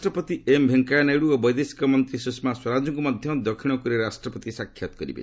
ଉପରାଷ୍ଟ୍ରପତି ଏମ ଭେଙ୍କୟା ନାଇଡୁ ଓ ବୈଦେଶିକ ମନ୍ତ୍ରୀ ସୁଷମା ସ୍ୱରାଜଙ୍କୁ ମଧ୍ୟ ଦକ୍ଷିଣ କୋରିଆ ରାଷ୍ଟ୍ରପତି ସାକ୍ଷାତ କରିବେ